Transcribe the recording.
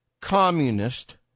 communist